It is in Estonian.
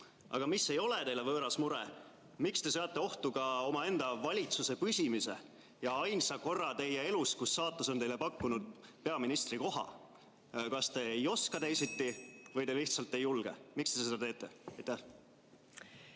Aga mis ei ole teile võõras mure: miks te seate ohtu ka omaenda valitsuse püsimise ja ainsa korra teie elus, kus saatus on teile pakkunud peaministrikoha? Kas te ei oska teisiti või te lihtsalt ei julge? Miks te seda teete?